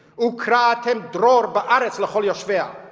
ukr'a'atem dror ba'aretz le'chol yoshveiha